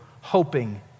hoping